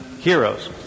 heroes